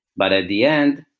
but at the end,